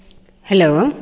hello